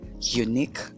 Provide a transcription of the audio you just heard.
unique